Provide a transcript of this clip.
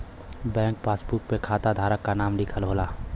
bank passbook पे खाता धारक क नाम लिखल होला